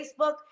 Facebook